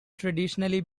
traditionally